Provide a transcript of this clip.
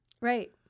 Right